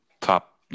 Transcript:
top